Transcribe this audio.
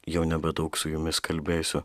jau nebedaug su jumis kalbėsiu